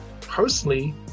personally